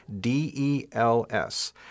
D-E-L-S